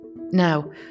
Now